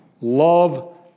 Love